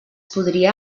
podria